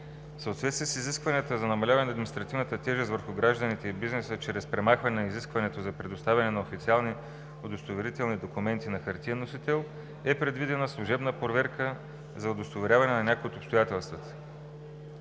съответствие с изискванията за намаляване на административната тежест върху гражданите и бизнеса чрез премахване на изискването за предоставяне на официални удостоверителни документи на хартиен носител е предвидена служебна проверка за удостоверяване на някои от обстоятелствата.